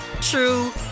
true